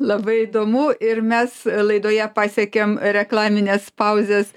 labai įdomu ir mes laidoje pasiekėm reklaminės pauzės